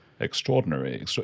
Extraordinary